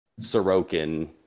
Sorokin